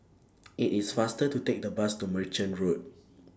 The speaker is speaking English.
IT IS faster to Take The Bus to Merchant Road